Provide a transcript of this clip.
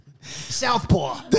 Southpaw